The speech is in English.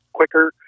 quicker